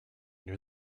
near